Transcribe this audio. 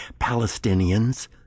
Palestinians